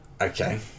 okay